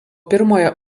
pirmojo